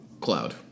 cloud